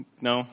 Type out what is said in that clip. No